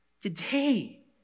today